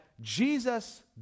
Jesus